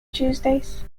tuesdays